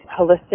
holistic